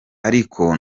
ariko